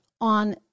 on